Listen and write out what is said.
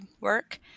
work